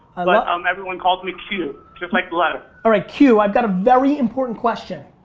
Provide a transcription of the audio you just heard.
um everyone calls me q, just like the letter. alright, q, i've got a very important question.